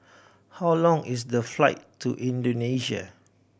how long is the flight to Indonesia